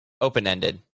Open-ended